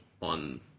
on